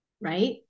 right